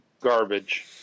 garbage